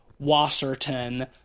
Wasserton